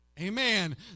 Amen